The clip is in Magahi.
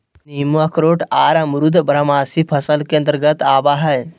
नींबू अखरोट आर अमरूद बारहमासी फसल के अंतर्गत आवय हय